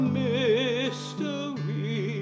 mystery